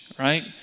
right